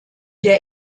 der